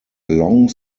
long